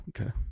okay